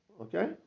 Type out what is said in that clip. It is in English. Okay